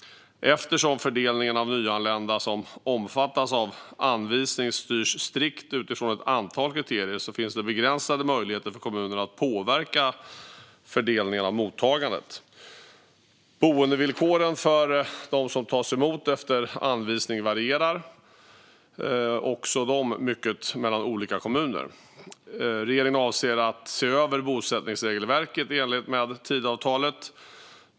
Eftersom fördelningen av nyanlända som omfattas av anvisning styrs strikt utifrån ett antal kriterier finns det begränsade möjligheter för kommunerna att påverka fördelningen av mottagandet. Boendevillkoren för dem som tas emot efter anvisning varierar också mycket mellan olika kommuner. Regeringen avser att se över bosättningsregelverket i enlighet med Tidöavtalet.